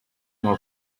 nor